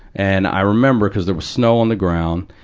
and i remember because there was snow on the ground.